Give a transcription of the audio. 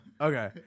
Okay